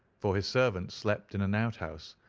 for his servants slept in an outhouse,